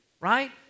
Right